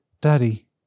Daddy